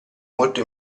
molto